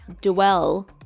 dwell